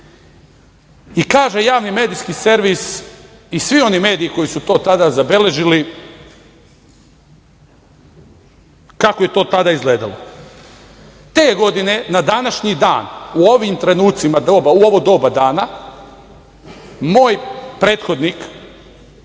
Javni medijski servis i svi oni mediji koji su to tada zabeležili kako je to tada izgledalo. Te godine na današnji dan u ovim trenucima, u ovo doba dana moj prethodnik,